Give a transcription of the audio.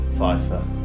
Pfeiffer